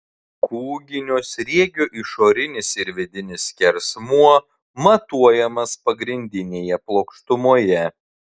kūginio sriegio išorinis ir vidinis skersmuo matuojamas pagrindinėje plokštumoje